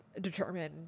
determine